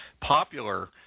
popular